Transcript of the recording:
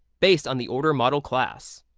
based on the order model class.